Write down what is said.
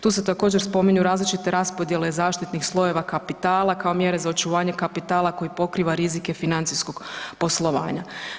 Tu se također spominju različite raspodjele zaštitnih slojeva kapitala, kao mjere za očuvanje kapitala koji pokriva rizike financijskog poslovanja.